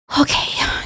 Okay